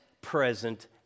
present